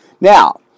Now